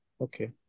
okay